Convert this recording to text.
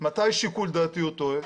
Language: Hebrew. מתי שיקול דעתי טועה?